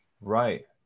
Right